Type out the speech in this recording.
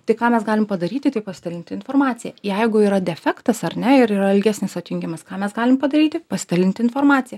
tai ką mes galim padaryti tai pasidalinti informacija jeigu yra defektas ar ne ir yra ilgesnis atjungiamas ką mes galim padaryti pasidalinti informacija